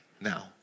now